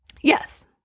yes